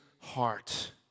heart